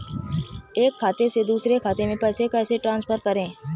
एक खाते से दूसरे खाते में पैसे कैसे ट्रांसफर करें?